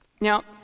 Now